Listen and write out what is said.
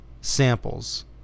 samples